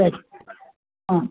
சரி ஆ